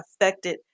affected